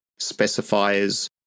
specifiers